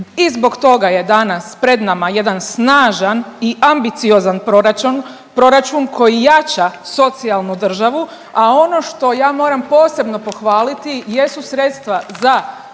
i zbog toga je danas pred nama jedan snažan i ambiciozan proračun. Proračun koji jača socijalnu državu, a ono što ja moram posebno pohvaliti jesu sredstva za